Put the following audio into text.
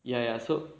ya ya so